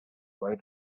while